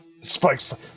Spike's